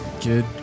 kid